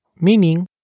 meaning